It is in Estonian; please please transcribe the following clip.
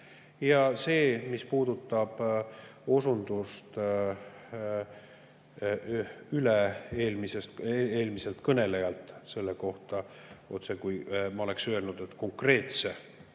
Ja mis puudutab osundust üle-eelmiselt kõnelejalt selle kohta, otsekui ma oleksin öelnud, et konkreetse